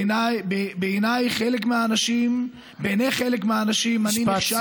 בעיני חלק מהאנשים אני נכשלתי,